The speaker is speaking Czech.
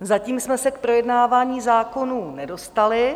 Zatím jsme se k projednávání zákonů nedostali.